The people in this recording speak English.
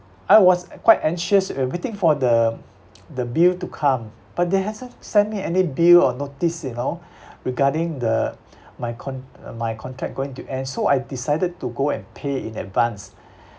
I was quite anxious err waiting for the the bill to come but they hasn't sent me any bill or notice you know regarding the my con~ my contract going to end so I decided to go and pay in advance